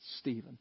Stephen